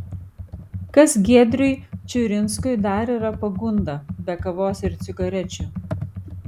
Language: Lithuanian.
kas giedriui čiurinskui dar yra pagunda be kavos ir cigarečių